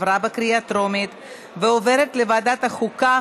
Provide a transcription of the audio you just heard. עברה בקריאה טרומית ועוברת לוועדת החוקה,